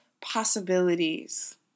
possibilities